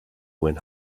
went